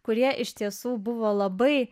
kurie iš tiesų buvo labai